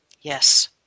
Yes